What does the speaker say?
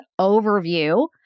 overview